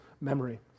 memory